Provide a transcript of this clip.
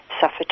suffered